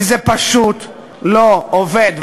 כי זה פשוט לא עובד.